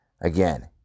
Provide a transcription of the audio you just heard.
Again